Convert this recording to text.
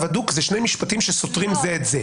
הדוק" אלה שני משפטים שסותרים זה את זה.